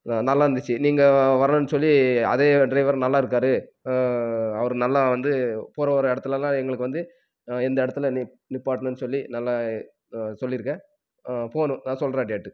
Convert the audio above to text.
நல்லாயிருந்துச்சு நீங்கள் வரேன்னு சொல்லி அதே ட்ரைவர் நல்லாயிருக்காரு அவர் நல்லா வந்து போகிறவர இடத்துலலாம் எங்களுக்கு வந்து இந்த இடத்துல நிப் நிப்பாட்டணுன்னு சொல்லி நல்லா சொல்லியிருக்கேன் போகணும் நான் சொல்கிறேன் டேட்டு